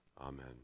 Amen